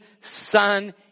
son